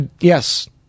yes